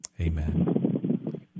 Amen